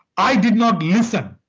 i did not listen.